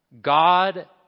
God